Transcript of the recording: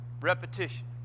Repetition